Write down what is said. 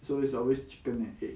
so it's always chicken and egg